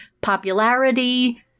popularity